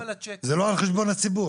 זה לא על חשבון הציבור.